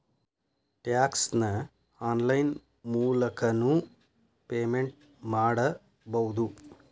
tax ನ online ಮೂಲಕನೂ payment ಮಾಡಬೌದು